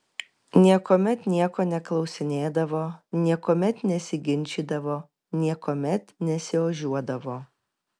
niekuomet nieko neklausinėdavo niekuomet nesiginčydavo niekuomet nesiožiuodavo